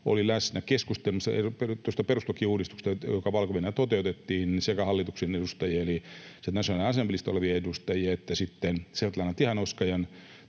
jälkeen keskustelemassa tuosta perustuslakiuudistuksesta, joka Valko-Venäjällä toteutettiin, sekä hallituksen edustajia eli national assemblyn listoilla olevia edustajia että sitten Svetlana Tihanovskajan